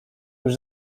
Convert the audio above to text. już